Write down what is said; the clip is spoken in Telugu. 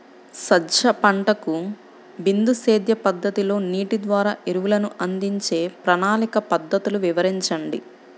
సజ్జ పంటకు బిందు సేద్య పద్ధతిలో నీటి ద్వారా ఎరువులను అందించే ప్రణాళిక పద్ధతులు వివరించండి?